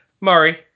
Murray